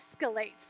escalates